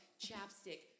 chapstick